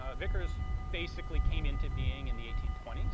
ah vickers basically came into being in the eighteen twenty s,